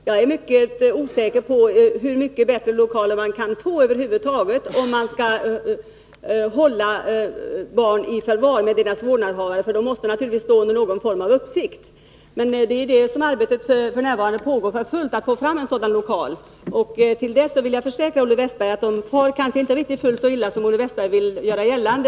Jag är mycket osäker om hur mycket bättre lokaler man över huvud taget kan få, om man skall hålla barn i förvar med deras vårdnadshavare — de måste naturligtvis stå under någon form av uppsikt. Arbetet pågår för fullt för att få fram en sådan lokal. Till dess vill jag försäkra Olle Wästberg i Stockholm att barnen kanske inte far fullt så illa på Sjöstugan som Olle Wästberg vill göra gällande.